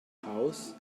house